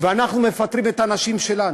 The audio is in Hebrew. ואנחנו מפטרים את האנשים שלנו.